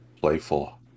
playful